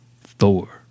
Thor